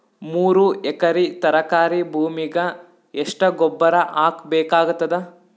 ಮೂರು ಎಕರಿ ತರಕಾರಿ ಭೂಮಿಗ ಎಷ್ಟ ಗೊಬ್ಬರ ಹಾಕ್ ಬೇಕಾಗತದ?